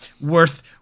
worth